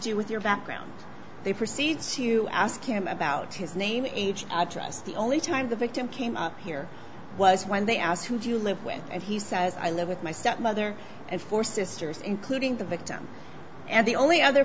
do with your background they proceed to ask him about his name age i trust the only time the victim came up here was when they asked who do you live with and he says i live with my step mother and four sisters including the victim and the only other